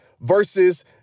versus